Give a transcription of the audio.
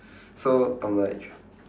so I'm like